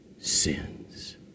sins